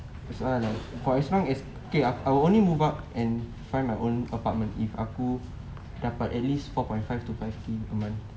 that's why ah as long as okay I only move out and find my own apartment if aku dapat at least four point five to five K a month